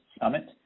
summit